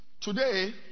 Today